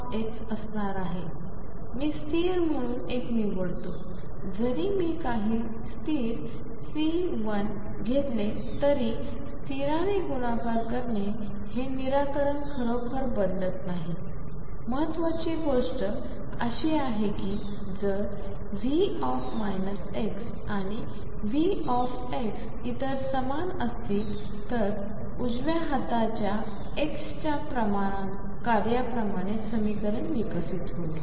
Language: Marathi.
तर हे असणार आहे मी स्थिर म्हून एक निवडतो जरी मी काही स्थिर CI घेतले तरी स्थिराने गुणाकार करणे हे निराकरण खरोखर बदलत नाही महत्वाची गोष्ट अशी आहे की जर V आणि V इतर समान असतील तर उजव्या हाताच्या x च्या कार्याप्रमाणे समीकरण विकसित होईल